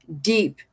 deep